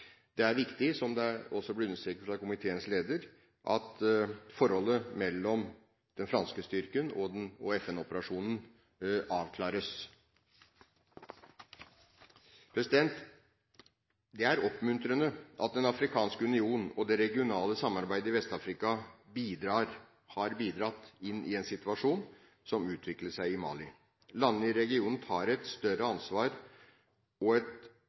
Det er viktig – det ble også understreket av utenrikskomiteens leder – at forholdet mellom den franske styrken og FN-operasjonen avklares. Det er oppmuntrende at Den afrikanske union og det regionale samarbeidet i Vest-Afrika har bidratt inn i en situasjon som utviklet seg i Mali. Landene i regionen tar et større ansvar for et samarbeid, ikke bare om økonomisk utvikling, men også for å sikre demokrati og